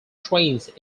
trains